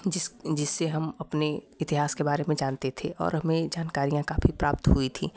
जिससे हम अपने इतिहास के बारे में जानते थे और हमे जानकारियाँ काफ़ी प्राप्त हुई थी